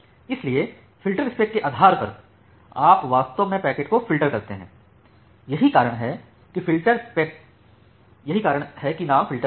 इसलिए फ़िल्टरस्पेक के आधार पर आप वास्तव में पैकेट को फ़िल्टर करते हैं यही कारण है कि नाम फ़िल्टरपेक